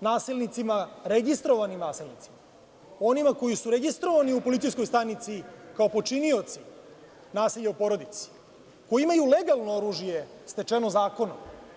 nasilnicima, registrovanim nasilnicima, onima koji su registrovani u policijskoj stanici kao počinioci nasilja u porodici, koji imaju legalno oružje stečeno zakonom.